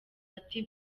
ati